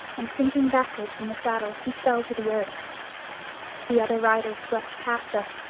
and sinking backward from the saddle he fell to the earth the other riders swept past us,